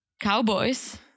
cowboys